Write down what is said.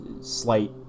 slight